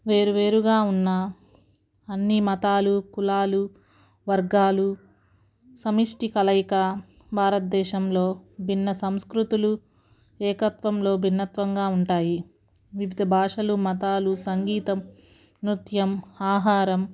వేరు వేరుగా ఉన్న అన్ని మతాలు కులాలు వర్గాలు సమిష్టి కలయిక భారతదేశంలో భిన్న సంస్కృతులు ఏకత్వంలో భిన్నత్వంగా ఉంటాయి వివిధ భాషలు మతాలు సంగీతం నృత్యం ఆహారం